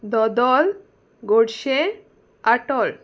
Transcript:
धोदोल गोडशें आटोल